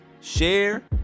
share